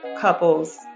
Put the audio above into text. couples